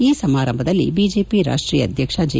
ಈ ಸಮಾರಂಭದಲ್ಲಿ ಬಿಜೆಪಿ ರಾಷ್ಸೀಯ ಅಧ್ಯಕ್ಷ ಜೆ